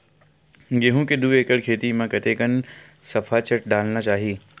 गेहूं के दू एकड़ खेती म कतेकन सफाचट डालना चाहि?